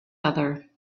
other